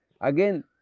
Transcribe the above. Again